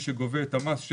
הרשות גובה ממנו את המס.